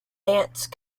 dance